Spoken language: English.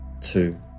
two